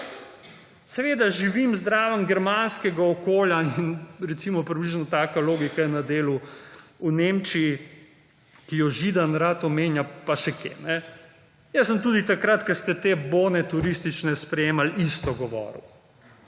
Seveda živim zraven germanskega okolja in recimo približno taka logika je na delu v Nemčiji, ki jo Židan rad omenja pa še kje. Jaz sem tudi takrat, ko ste te bone turistične sprejemali isto govoril.